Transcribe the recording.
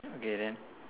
okay then